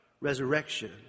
Resurrection